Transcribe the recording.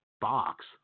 box